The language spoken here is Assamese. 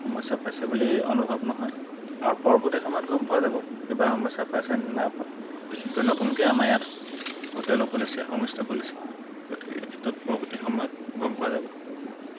সমস্যা পাইছে বুলি অনুভৱ নহয় আৰু পৰৱৰ্তী সময়ত গম পোৱা যাব কিবা সমস্যা পাইছেনে নাই পোৱা বিশেষকৈ নতুনকৈ আমাৰ ইয়াত হোটেলো খুলিছে হোমষ্টে'ও খুলিছে গতিকে এইক্ষেত্ৰত পৰৱৰ্তী সময়ত গম পোৱা যাব